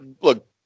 look